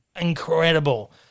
incredible